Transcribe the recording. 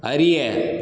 அறிய